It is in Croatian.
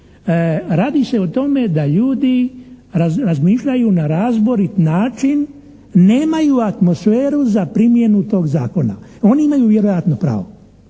Radi se o tome da ljudi razmišljaju na razborit način, nemaju atmosferu za primjenu tog zakona. Oni imaju vjerojatno pravo.